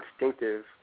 instinctive